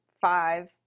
five